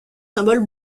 symboles